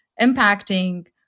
impacting